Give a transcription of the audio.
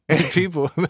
People